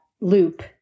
loop